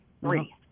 Three